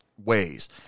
ways